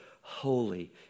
holy